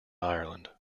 ireland